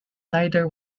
neither